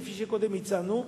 כפי שקודם הצענו,